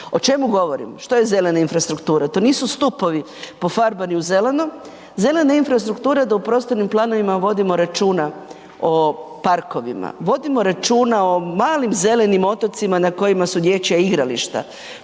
O čemu govorim? Što je zelena infrastruktura? To nisu stupovi pofarbani u zeleno. Zelena infrastruktura, da u prostornim planovima vodimo računa o parkovima, vodimo računa o malim zelenim otocima na kojima su dječja igrališta,